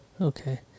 Okay